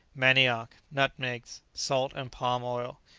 manioc, nutmegs, salt, and palm-oil.